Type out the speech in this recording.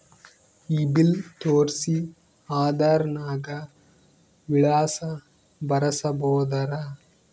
ಈ ಬಿಲ್ ತೋಸ್ರಿ ಆಧಾರ ನಾಗ ವಿಳಾಸ ಬರಸಬೋದರ?